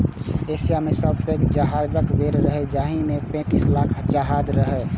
Asia मे सबसं पैघ जहाजक बेड़ा रहै, जाहि मे पैंतीस लाख जहाज रहै